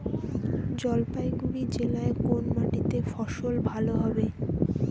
জলপাইগুড়ি জেলায় কোন মাটিতে ফসল ভালো হবে?